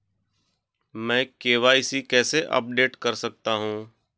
मैं के.वाई.सी कैसे अपडेट कर सकता हूं?